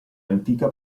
antica